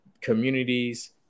communities